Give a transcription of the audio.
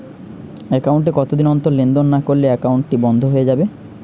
Account এ কতদিন অন্তর লেনদেন না করলে একাউন্টটি কি বন্ধ হয়ে যাবে?